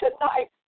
tonight